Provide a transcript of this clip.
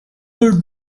they